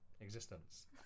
existence